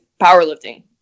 powerlifting